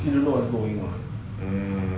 mm